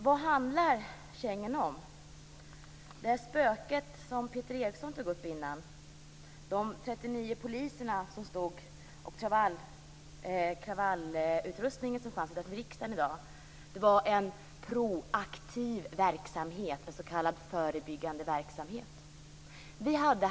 Vad handlar Schengen om? Är det spöket som De 39 poliser som stod här och den kravallutrustning som fanns utanför riksdagen i dag var en s.k. proaktiv verksamhet, en förebyggande verksamhet.